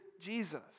Jesus